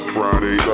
Friday